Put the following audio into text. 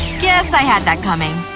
guess i had that coming.